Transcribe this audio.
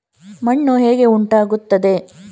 ಮಣ್ಣು ಹೇಗೆ ಉಂಟಾಗುತ್ತದೆ?